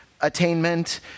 attainment